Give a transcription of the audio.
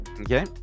Okay